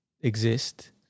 exist